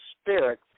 Spirit